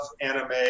anime